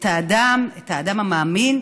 את האדם, את האדם המאמין.